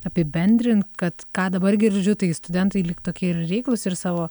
apibendrint kad ką dabar girdžiu tai studentai lyg tokie ir reiklūs ir savo